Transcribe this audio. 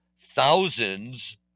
thousands